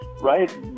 right